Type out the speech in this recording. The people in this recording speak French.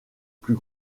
plus